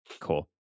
cool